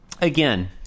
Again